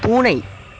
பூனை